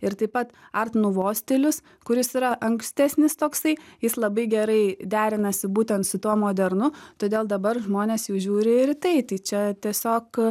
ir taip pat art nouveau stilius kuris yra ankstesnis toksai jis labai gerai derinasi būtent su tuo modernu todėl dabar žmonės jau žiūri ir į tai tai čia tiesiog